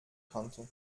kannte